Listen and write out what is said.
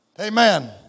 Amen